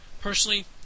Personally